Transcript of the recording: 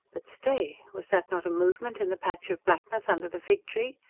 but stay. was that not a movement in the patch of blackness under the fig-tree?